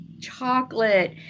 chocolate